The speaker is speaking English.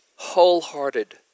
Wholehearted